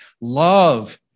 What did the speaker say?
Love